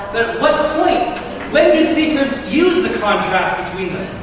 what point when do speakers use the contrast between them?